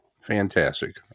Fantastic